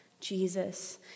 Jesus